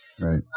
Right